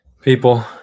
people